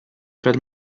per